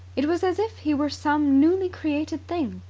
it was as if he were some newly-created thing.